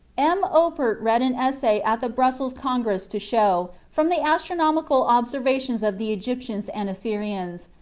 m. oppert read an essay at the brussels congress to show, from the astronomical observations of the egyptians and assyrians,